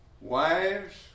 Wives